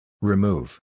Remove